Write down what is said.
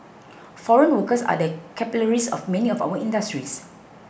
foreign workers are the capillaries of many of our industries